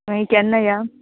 मागीर केन्ना या